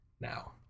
now